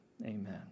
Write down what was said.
amen